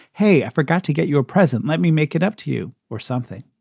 hey, i forgot to get you a present, let me make it up to you or something.